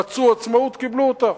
רצו עצמאות, קיבלו אותה.